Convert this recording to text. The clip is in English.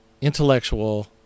intellectual